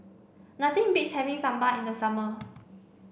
nothing beats having Sambar in the summer